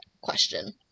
question